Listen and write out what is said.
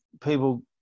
people